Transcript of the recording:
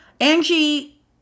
Angie